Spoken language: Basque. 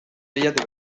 bilatu